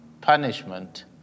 punishment